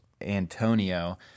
antonio